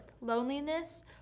Loneliness